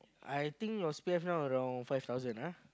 I think your C_P_F now around five thousand ah